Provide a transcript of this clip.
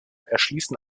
erschließen